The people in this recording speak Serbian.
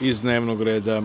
iz dnevnog reda